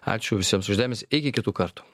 ačiū visiems už dėmesį ir iki kitų kartų